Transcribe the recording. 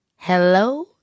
Hello